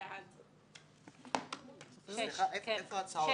הצבעה בעד הרביזיה על סעיף 30, 1 נגד, 5 נמנעים,